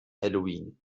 halloween